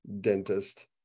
dentist